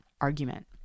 argument